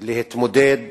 להתמודד